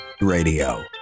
radio